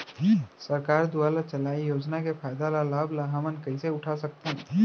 सरकार दुवारा चलाये योजना के फायदा ल लाभ ल हमन कइसे उठा सकथन?